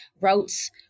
routes